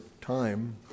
time